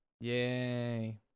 Yay